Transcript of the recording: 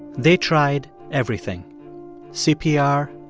they tried everything cpr,